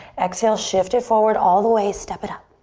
exhale, shift it forward all the way, step it up.